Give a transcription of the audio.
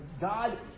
God